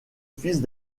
fils